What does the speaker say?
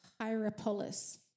Hierapolis